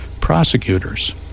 prosecutors